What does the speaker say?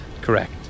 Correct